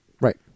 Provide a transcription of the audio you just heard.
Right